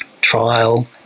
trial